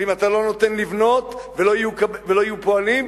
ואם אתה לא נותן לבנות ולא יהיו פועלים,